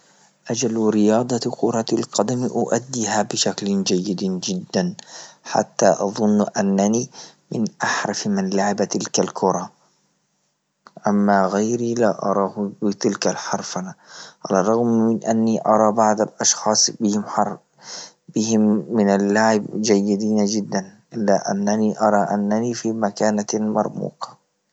أجل رياضة كرة القدم أؤديها بشكل جيد جدا، حتى أظن أنني من أحرف من لعب تلك الكرة، أما غيري لا أراه في تلك الحرفنة، على الرغم من أني أرى بعض أشخاص بمح- بهم من لعب جيدين جدا، إلا أنني أرى أنني في مكانة مرموقة.